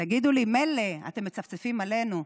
תגידו לי, מילא אתם מצפצפים עלינו,